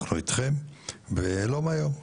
אנחנו אתכם ולא מהיום,